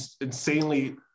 insanely